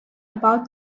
about